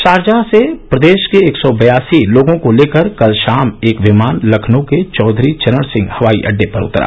Sharjah से प्रदेश के एक सौ बयासी लोगों को लेकर कल शाम एक विमान लखनऊ के चौधरी चरण सिंह हवाई अडडे पर उतरा